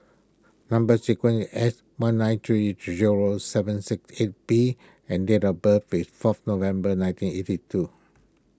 Number Sequence is S one nine three zero seven six eight B and date of birth is fourth November nineteen eighty two